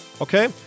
okay